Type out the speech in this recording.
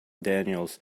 daniels